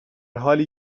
حالی